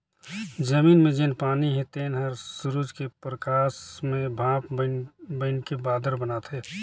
जमीन मे जेन पानी हे तेन हर सुरूज के परकास मे भांप बइनके बादर बनाथे